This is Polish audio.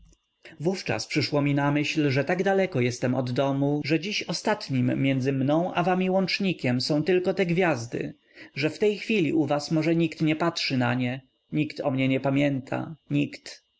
wówczas przyszło mi na myśl że tak daleko jestem od domu że dziś ostatnim między mną i wami łącznikiem są tylko te gwiazdy że w tej chwili u was może nikt nie patrzy na nie nikt o mnie nie pamięta nikt